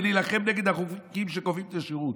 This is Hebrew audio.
ונילחם נגד חוקים שקובעים את השירות.